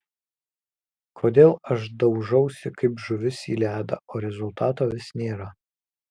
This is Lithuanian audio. kodėl aš daužausi kaip žuvis į ledą o rezultato vis nėra